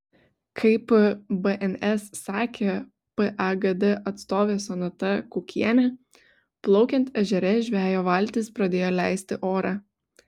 kaip bns sakė pagd atstovė sonata kukienė plaukiant ežere žvejo valtis pradėjo leisti orą